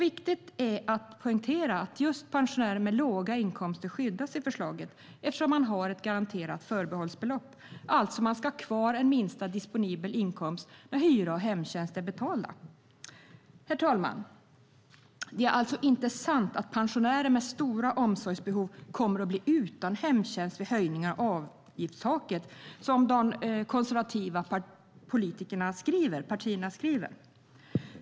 Viktigt att poängtera är att just pensionärer med låga inkomster skyddas i förslaget, eftersom man är garanterad ett förbehållsbelopp, alltså att man ska ha kvar en minsta disponibel inkomst när kostnaderna för hyra och hemtjänst är betalda. Herr talman! Det är alltså inte alls sant att pensionärer med stora omsorgsbehov kommer att bli utan hemtjänst vid höjningen av avgiftstaket, som de konservativa partierna skriver.